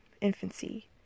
infancy